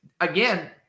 again